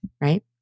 right